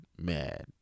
mad